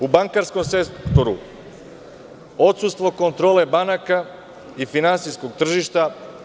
U bankarskom sektoru, odsustvo kontrole banaka i finansijskog tržišta.